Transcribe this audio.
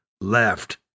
left